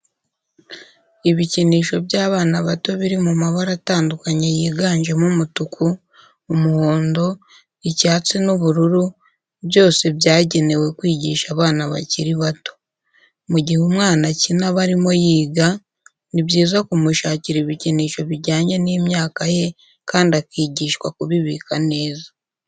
Ibikinisho by'abana bato biri mu mabara atandukanye yiganjemo umutuku, umuhondo, icyatsi n'ubururu, byose byagenewe kwigisha abana bakiri bato. Mu gihe umwana akina aba arimo yiga, ni byiza kumushakira ibikinisho bijyanye n'imyaka ye kandi akigishwa kubibika neza.